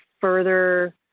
further